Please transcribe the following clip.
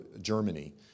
Germany